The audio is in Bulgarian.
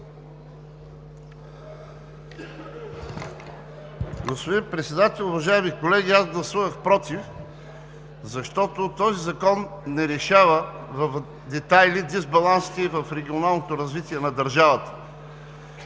Господин Председател, уважаеми колеги! Аз гласувах „против“, защото този закон не решава в детайли дисбалансите и в регионалното развитие на държавата.